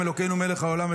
אלוקינו מלך העולם,